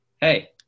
hey